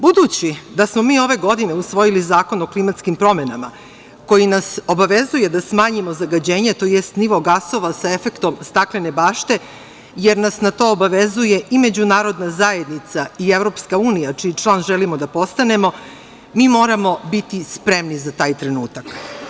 Budući da smo mi ove godine usvojili Zakon o klimatskim promenama, koji nas obavezuje da smanjimo zagađenje, tj. nivo gasova sa efektom staklene bašte, jer nas na to obavezuje i međunarodna zajednica i EU čiji član želimo da postanemo, mi moramo biti spremni za taj trenutak.